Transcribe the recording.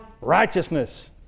righteousness